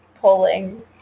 pulling